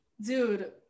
Dude